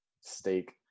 steak